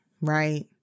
right